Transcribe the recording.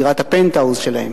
את דירת הפנטהאוז שלהם,